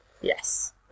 Yes